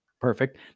Perfect